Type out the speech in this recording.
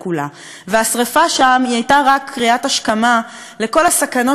השרפה שם הייתה רק קריאת השכמה לכל הסכנות שיכולות לקרות,